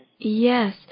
Yes